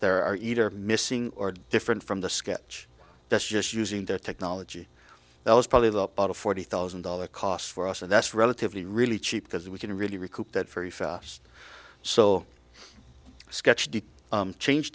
there are either missing or different from the sketch that's just using the technology that was probably the forty thousand dollars cost for us and that's relatively really cheap because we can really recoup that for us so sketch did change